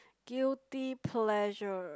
guilty pleasure